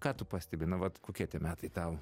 ką tu pastebi na vat kokie tie metai tau